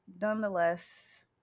nonetheless